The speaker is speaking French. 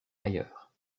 ailleurs